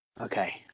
Okay